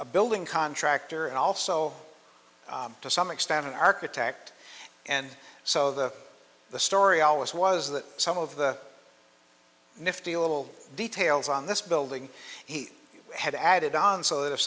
a building contractor and also to some extent an architect and so the the story always was that some of the nifty little details on this building he had added on so that if